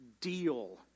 deal